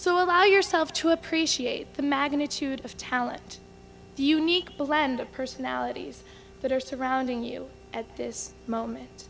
so allow yourself to appreciate the magnitude of talent the unique blend of personalities that are surrounding you at this moment